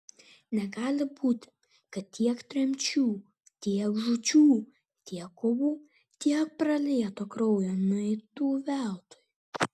negali būti kad tiek tremčių tiek žūčių tiek kovų tiek pralieto kraujo nueitų veltui